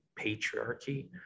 patriarchy